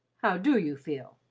how do you feel?